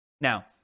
Now